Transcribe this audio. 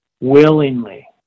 willingly